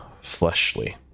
fleshly